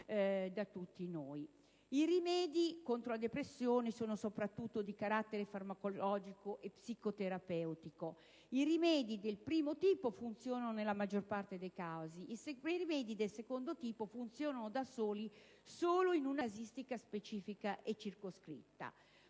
I rimedi contro la depressione sono soprattutto di carattere farmacologico e psicoterapeutico. I rimedi del primo tipo funzionano nella maggior parte dei casi. I rimedi del secondo tipo funzionano da soli solo in una casistica specifica e circoscritta: